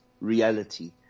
reality